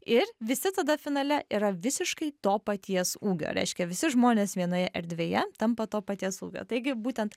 ir visi tada finale yra visiškai to paties ūgio reiškia visi žmonės vienoje erdvėje tampa to paties ūgio taigi būtent